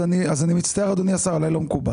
אז אני מצטער, אדוני השר, עליי לא מקובל.